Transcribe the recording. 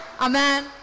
Amen